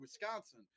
Wisconsin